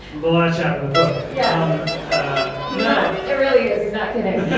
the last chapter in the book yeah um you know it really is. he's not kidding